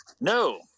No